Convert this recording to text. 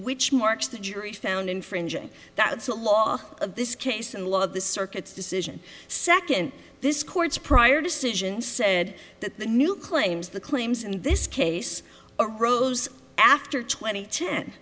which marks the jury found infringing that's the law of this case and a lot of the circuits decision second this court's prior decision said that the new claims the claims in this case arose after twenty